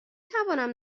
توانم